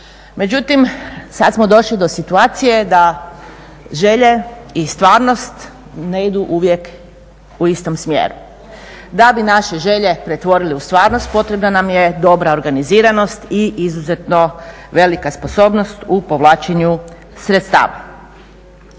Međutim, sada smo došli do situacije da želje i stvarnost ne idu uvijek u istom smjeru. Da bi naše želje pretvorili u stvarnost potrebna nam je dobra organiziranost i izuzetno velika sposobnost u povlačenju sredstava.